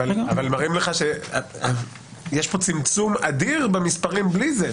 אבל הם מראים לך שיש צמצום אדיר במספרים גם בלי זה.